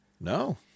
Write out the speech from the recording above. No